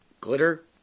Glitter